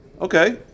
Okay